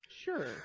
sure